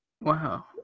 Wow